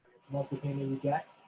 it's a monthly payment you get.